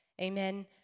Amen